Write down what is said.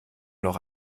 noch